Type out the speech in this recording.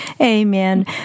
Amen